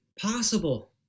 possible